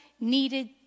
needed